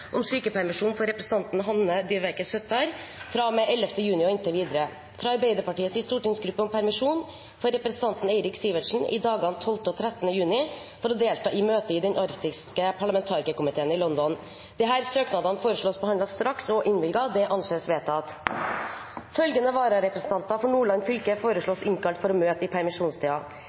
om sykepermisjon for representanten Hanne Dyveke Søttar fra og med 11. juni og inntil videre fra Arbeiderpartiets stortingsgruppe om permisjon for representanten Eirik Sivertsen i dagene 12. og 13. juni for å delta i møte i den arktiske parlamentarikerkomiteen i London Etter forslag fra presidenten ble enstemmig besluttet: Søknadene behandles straks og innvilges. Følgende vararepresentanter fra Nordland fylke innkalles for å møte i